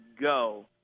go